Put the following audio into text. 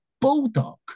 Bulldog